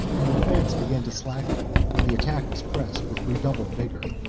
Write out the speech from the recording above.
and the defence began to slacken when the attack was pressed with redoubled vigor.